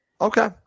Okay